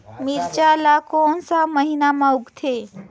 मिरचा ला कोन सा महीन मां उगथे?